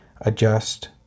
adjust